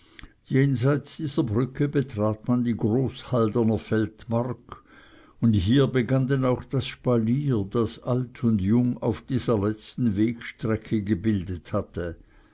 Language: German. jenseits dieser brücke betrat man die groß halderner feldmark und hier begann denn auch das spalier das alt und jung auf dieser letzten wegstrecke gebildet hatte